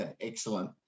excellent